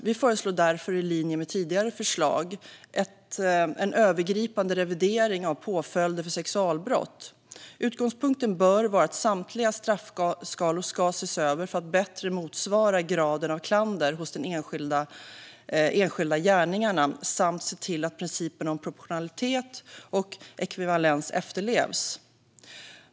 Vi föreslår därför i linje med tidigare förslag en övergripande revidering av påföljder för sexualbrott. Utgångspunkten bör vara att samtliga straffskalor ska ses över för att bättre motsvara graden av klander hos de enskilda gärningarna samt se till att principerna om proportionalitet och ekvivalens efterlevs.